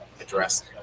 address